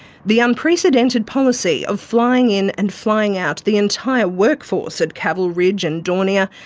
the unprecedented policy of flying in and flying out the entire workforce at caval ridge and daunia,